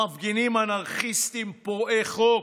המפגינים אנרכיסטים פורעי חוק,